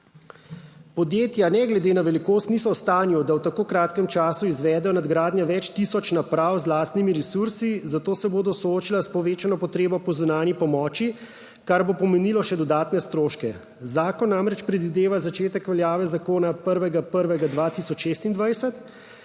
Podjetja ne glede na velikost niso v stanju, da v tako kratkem času izvedejo nadgradnjo več tisoč naprav z lastnimi resursi. Zato se bodo soočila s povečano potrebo po zunanji pomoči, kar bo pomenilo še dodatne stroške. Zakon namreč predvideva začetek veljave zakona 1. 1. 2026,